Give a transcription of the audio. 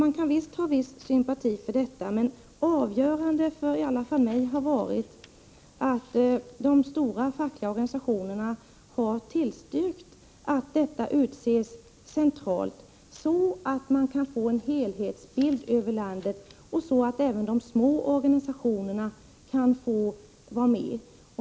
Man kan visst ha sympati för detta, men avgörande i alla fall för mig f Zz sd - é nl j mannainflytande i förhar varit att de stora fackliga organisationerna tillstyrkt att dessa personer äkringsk g s Se Elle säkringskass utses centralt, så att man kan få en helhetsbild över landet och så att även de APOR m.m. små organisationerna kan få vara med.